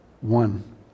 one